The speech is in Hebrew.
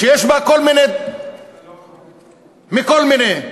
שיש בה כל מיני מכל מיני,